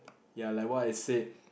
ya like what I said